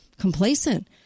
complacent